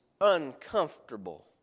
uncomfortable